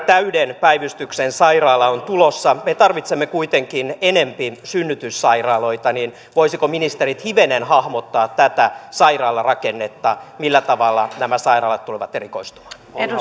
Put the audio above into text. täyden päivystyksen sairaalaa on tulossa me tarvitsemme kuitenkin enempi synnytyssairaaloita niin voisivatko ministerit hivenen hahmottaa tätä sairaalarakennetta millä tavalla nämä sairaalat tulevat erikoistumaan